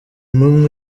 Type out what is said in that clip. n’umwe